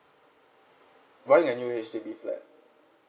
buying a new H_D_B flat